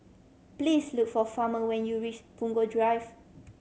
please look for Farmer when you reach Punggol Drive